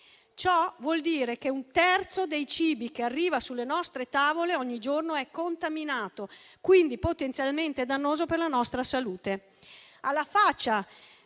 Ciò vuol dire che un terzo dei cibi che ogni giorno arriva sulle nostre tavole è contaminato, quindi potenzialmente dannoso per la nostra salute.